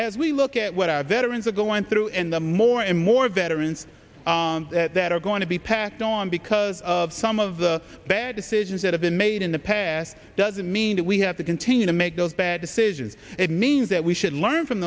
as we look at what our veterans are going true and the more and more veterans that are going to be passed on because of some of the bad decisions that have been made in the past doesn't mean that we have to continue to make those bad decisions it means that we should learn from